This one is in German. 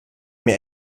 mir